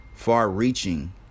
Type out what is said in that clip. Far-reaching